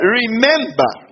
remember